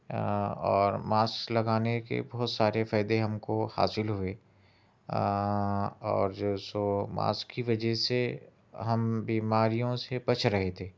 اور ماسک لگانے کے بہت سارے فائدے ہم کو حاصل ہوئے اور جو سو ماسک کی وجہ سے ہم بیماریوں سے بچ رہے تھے